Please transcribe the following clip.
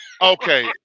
Okay